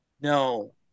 No